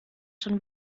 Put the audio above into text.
schon